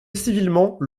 civilement